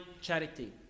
charity